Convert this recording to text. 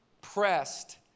pressed